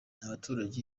abaturage